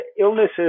illnesses